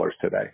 today